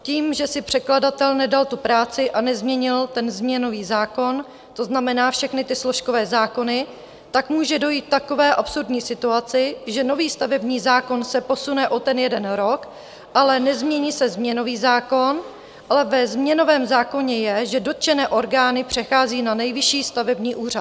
Tím, že si předkladatel nedal tu práci a nezměnil změnový zákon, to znamená všechny ty složkové zákony, může dojít k takové absurdní situaci, že nový stavební zákon se posune o jeden rok, ale nezmění se změnový zákon, ale ve změnovém zákoně je, že dotčené orgány přechází na Nejvyšší stavební úřad.